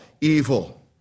evil